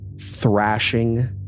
thrashing